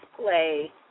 play